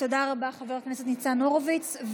תודה רבה, חבר הכנסת ניצן הורוביץ.